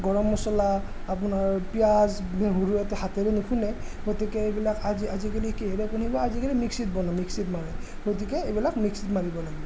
গৰম মছলা আপোনাৰ পিয়াঁজ নহৰু হাতেৰে নুখুন্দে গতিকে এইবিলাক আজি আজিকালি আজিকালি মিক্সিত বনোৱা মিক্সিত মাৰে গতিকে এইবিলাক মিক্সিত মাৰিব লাগিব